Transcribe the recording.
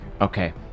Okay